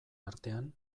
artean